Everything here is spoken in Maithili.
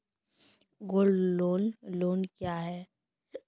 गोल्ड लोन लोन क्या हैं?